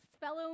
fellow